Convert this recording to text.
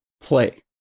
play